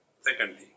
secondly